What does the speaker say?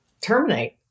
terminate